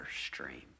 stream